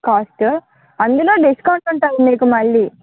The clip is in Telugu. కాస్ట్ అందులో డిస్కౌంట్ ఉంటుంది మీకు మళ్ళీ